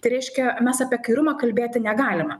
tai reiškia mes apie kairumą kalbėti negalime